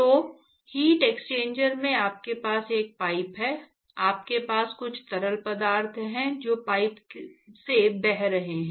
तो heat exchanger में आपके पास एक पाइप है आपके पास कुछ तरल पदार्थ है जो पाइप से बह रहा है